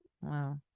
Wow